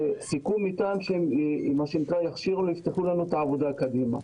בסיכום איתם שהם יכשירו ויפתחו לנו את העבודה קדימה,